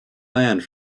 land